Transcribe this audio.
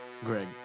Greg